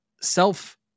self